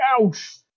ouch